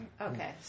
Okay